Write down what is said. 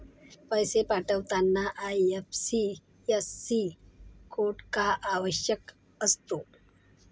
पैसे पाठवताना IFSC code का आवश्यक असतो?